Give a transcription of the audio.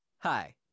Hi